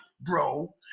bro